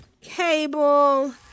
cable